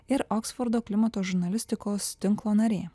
ir oksfordo klimato žurnalistikos tinklo narė